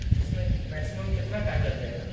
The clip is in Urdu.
اس میں میکسیمم کتنا ٹائم لگ جائے گا